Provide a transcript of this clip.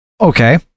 Okay